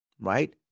right